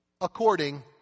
according